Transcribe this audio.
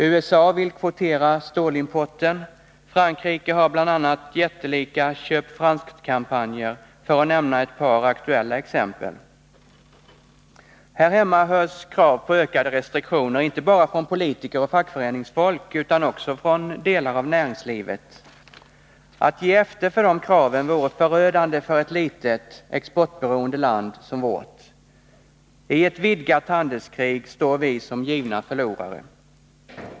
USA vill kvotera stålimporten, Frankrike har bl.a. jättelika ”köp franskt”-kampanjer — för att nämna ett par aktuella exempel. Här hemma hörs krav på ökade restriktioner inte bara från politiker och fackföreningsfolk utan också från delar av näringslivet. Att ge efter för de kraven vore förödande för ett litet, exportberoende land som vårt. I ett vidgat handelskrig står vi som givna förlorare.